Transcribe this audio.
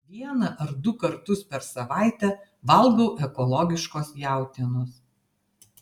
vieną ar du kartus per savaitę valgau ekologiškos jautienos